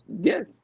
Yes